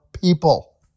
people